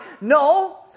No